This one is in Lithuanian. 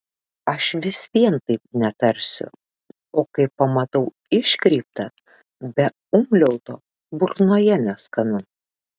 aš vis vien taip netarsiu o kai pamatau iškreiptą be umliauto burnoje neskanu